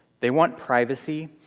they want privacy,